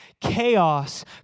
chaos